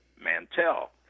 Mantell